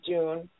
June